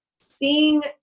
seeing